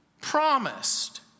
promised